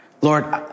Lord